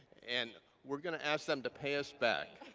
and we're going to ask them to pay us back.